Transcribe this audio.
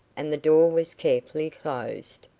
and the door was carefully closed.